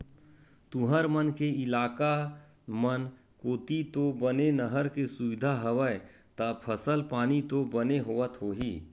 तुंहर मन के इलाका मन कोती तो बने नहर के सुबिधा हवय ता फसल पानी तो बने होवत होही?